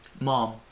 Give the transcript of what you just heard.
Mom